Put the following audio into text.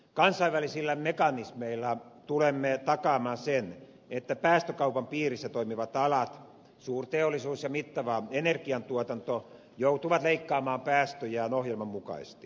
kansainvälisillä mekanismeilla tulemme takaamaan sen että päästökaupan piirissä toimivat alat suurteollisuus ja mittava energiantuotanto joutuvat leikkaamaan päästöjään ohjelman mukaisesti